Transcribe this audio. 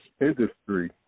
industry